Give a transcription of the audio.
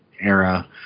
era